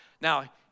Now